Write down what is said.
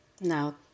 Now